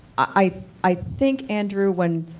i i think andrew when,